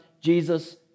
Jesus